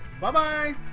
Bye-bye